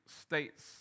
states